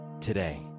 today